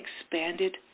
expanded